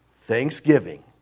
Thanksgiving